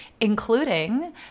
including